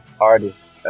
artists